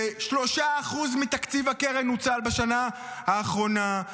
ש-3% מתקציב הקרן נוצל בשנה האחרונה,